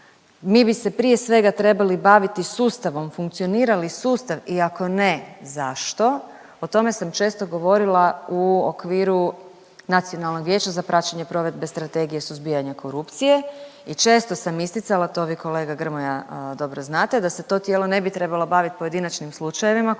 Mi bi se prije svega trebali baviti sustavom. Funkcionira li sustav i ako ne zašto? O tome sam često govorila u okviru Nacionalnog vijeća za praćenje provedbe Strategije suzbijanja korupcije i često sam isticala to vi kolega Grmoja dobro znate da se to tijelo ne bi trebalo baviti pojedinačnim slučajevima koliko